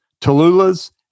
Tallulah's